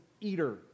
eater